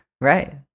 Right